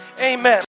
amen